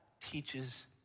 teaches